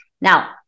Now